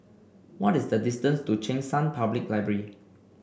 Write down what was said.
what is the distance to Cheng San Public Library